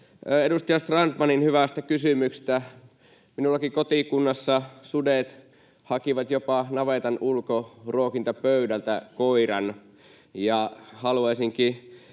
edustaja Strandmanin hyvästä kysymyksestä. Minullakin kotikunnassani sudet hakivat jopa navetan ulkoruokintapöydältä koiran, ja haluaisinkin